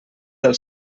del